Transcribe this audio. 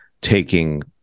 taking